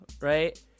Right